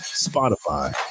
Spotify